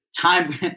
time